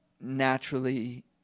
naturally